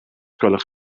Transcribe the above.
gwelwch